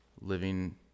living